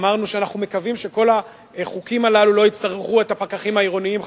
אמרנו שאנחנו מקווים שכל החוקים הללו לא יצטרכו את הפקחים העירוניים,